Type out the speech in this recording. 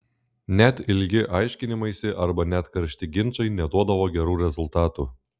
net ilgi aiškinimaisi arba net karšti ginčai neduodavo gerų rezultatų